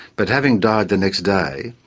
but having died the next day,